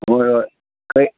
ꯍꯣꯏ ꯍꯣꯏ